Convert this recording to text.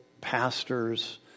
pastors